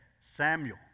Samuel